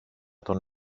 τον